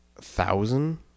Thousand